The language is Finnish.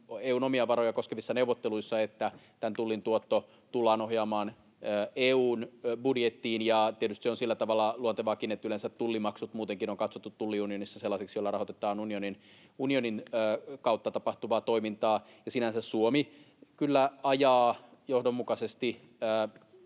EU:n omia varoja koskevissa neuvotteluissa, että tämän tullin tuotto tullaan ohjaamaan EU:n budjettiin. Tietysti se on sillä tavalla luontevaakin, että yleensä tullimaksut muutenkin on katsottu tulliunionissa sellaisiksi, joilla rahoitetaan unionin kautta tapahtuvaa toimintaa. Sinänsä Suomi kyllä ajaa johdonmukaisesti